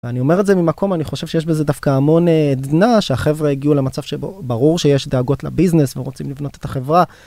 אני אומר את זה ממקום אני חושב שיש בזה דווקא המון עדנה שהחבר'ה הגיעו למצב שברור שיש דאגות לביזנס ורוצים לבנות את החברה.